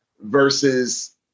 versus